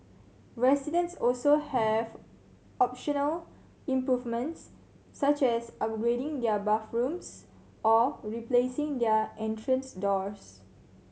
residents also have optional improvements such as upgrading their bathrooms or replacing their entrance doors